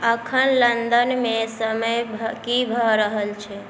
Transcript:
एखन लन्दनमे की समय भऽ रहल छी